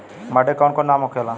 माटी के कौन कौन नाम होखेला?